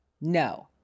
no